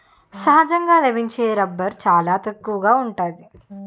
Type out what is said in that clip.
సహజంగా లభించే రబ్బరు చాలా తక్కువగా ఉంటాది